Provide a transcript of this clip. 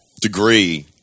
degree